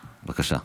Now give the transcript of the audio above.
בבקשה.